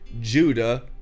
Judah